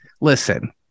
Listen